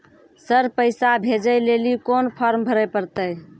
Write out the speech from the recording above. Sir पैसा भेजै लेली कोन फॉर्म भरे परतै?